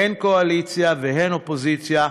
הן קואליציה והן אופוזיציה,